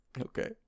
Okay